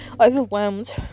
overwhelmed